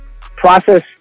process